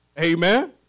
Amen